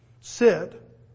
Sit